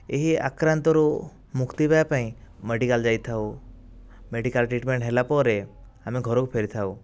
ଏହି ଆକ୍ରାନ୍ତରୁ ମୁକ୍ତି ପାଇବା ପାଇଁ ମେଡିକାଲ ଯାଇଥାଉ ମେଡିକାଲ ଟ୍ରିଟମେଣ୍ଟ ହେଲାପରେ ଆମେ ଘରକୁ ଫେରିଥାଉ